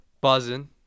buzzing